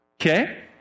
Okay